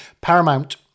Paramount